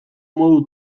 modu